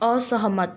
असहमत